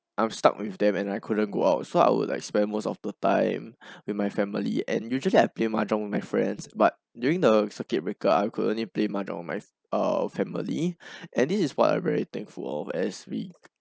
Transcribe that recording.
I'm stuck with them and I couldn't go out so I would like spend most of the time with my family and usually I play mahjong with my friends but during the circuit breaker I could only play mahjong with uh my family and this is what I'm very thankful of as we